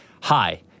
Hi